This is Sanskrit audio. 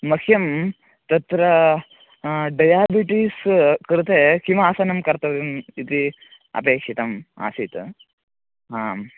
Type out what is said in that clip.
मह्यं तत्र डयाबिटिस् कृते किम् आसनं कर्तव्यम् इति अपेक्षितम् आसीत् आं